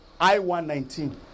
I-119